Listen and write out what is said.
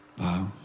Wow